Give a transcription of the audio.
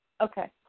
Okay